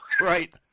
Right